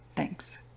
Thanks